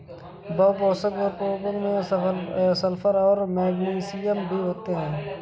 बहुपोषक उर्वरकों में सल्फर और मैग्नीशियम भी होते हैं